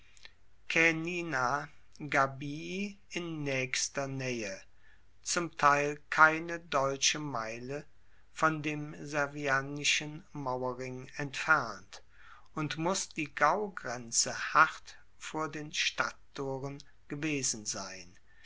caenina gabii in naechster naehe zum teil keine deutsche meile von dem servianischen mauerring entfernt und muss die gaugrenze hart vor den stadttoren gewesen sein